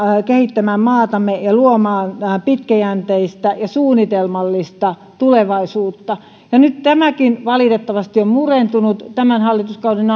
kehittämään maatamme ja luomaan pitkäjänteistä ja suunnitelmallista tulevaisuutta nyt tämäkin valitettavasti on murentunut tämän hallituskauden